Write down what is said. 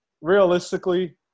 realistically